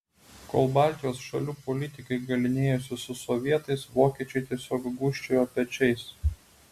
kol baltijos šalių politikai galynėjosi su sovietais vokiečiai tiesiog gūžčiojo pečiais